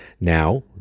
Now